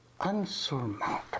unsurmountable